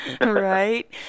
Right